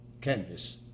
canvas